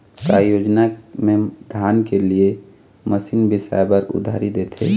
का योजना मे धान के लिए मशीन बिसाए बर उधारी देथे?